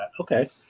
Okay